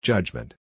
Judgment